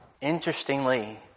interestingly